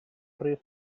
rhif